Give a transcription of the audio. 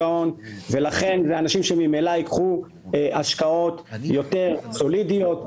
אלה אנשים שממילא יעשו השקעות יותר סולידיות,